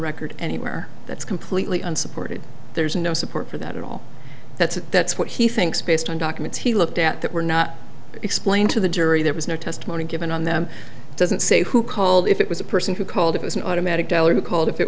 record anywhere that's completely unsupported there's no support for that at all that's that's what he thinks based on documents he looked at that were not explained to the jury there was no testimony given on them doesn't say who called if it was a person who called as an automatic teller who called if it